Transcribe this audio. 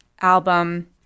album